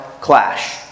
clash